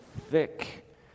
thick